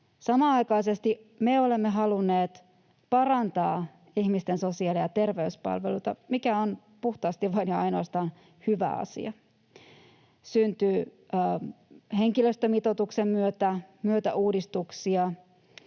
Samanaikaisesti me olemme halunneet parantaa ihmisten sosiaali- ja terveyspalveluita, mikä on puhtaasti vain ja ainoastaan hyvä asia. Syntyy henkilöstömitoituksen myötä uudistuksia,